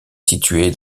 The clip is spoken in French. situé